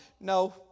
No